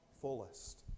fullest